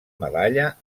medalla